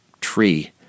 tree